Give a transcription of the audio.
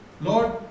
lord